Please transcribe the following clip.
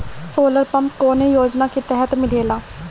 Solar pump कौने योजना के तहत मिलेला?